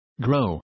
grow